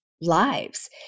lives